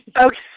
Okay